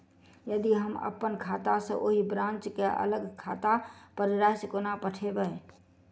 यदि हम अप्पन खाता सँ ओही ब्रांच केँ अलग खाता पर राशि कोना पठेबै?